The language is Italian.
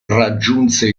raggiunse